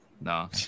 No